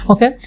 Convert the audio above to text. Okay